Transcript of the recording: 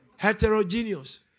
Heterogeneous